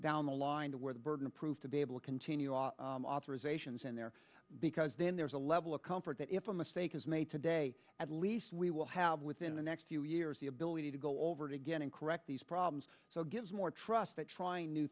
down the line to where the burden of proof to be able to continue our authorisations and there because then there's a level of comfort that if a mistake is made today at least we will have within the next few years the ability to go over it again and correct these problems so gives more trust that trying new